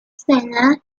senna